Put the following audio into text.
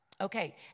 Okay